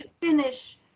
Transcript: finish